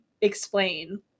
explain